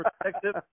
protective